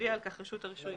תודיע על כך רשות הרישוי